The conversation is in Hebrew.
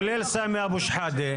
כולל סמי אבו שחאדה,